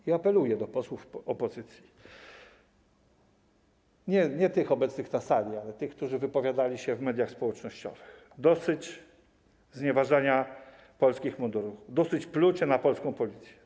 I apeluję do posłów opozycji, nie tych obecnych na sali, ale tych, którzy wypowiadali się w mediach społecznościowych: dosyć znieważania polskich mundurów, dosyć plucia na polską policję.